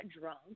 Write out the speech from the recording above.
drunk